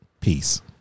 Peace